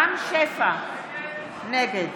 רם שפע, נגד